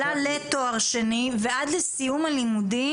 לתואר שני ועד לסיום לימודי